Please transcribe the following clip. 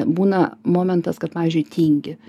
būna momentas kad pavyzdžiui tingi